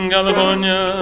California